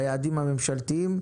ביעדים הממשלתיים,